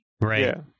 Right